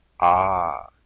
Ah